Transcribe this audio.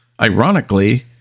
ironically